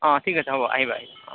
অঁ ঠিক আছে হ'ব আহিবা আহিবা অঁ